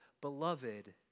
beloved